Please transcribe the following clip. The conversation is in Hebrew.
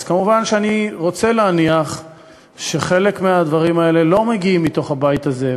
אז מובן שאני רוצה להניח שחלק מהדברים האלה לא מגיעים מתוך הבית הזה,